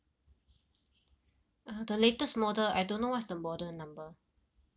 uh the latest model I don't know what's the model number